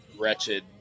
wretched